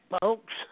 folks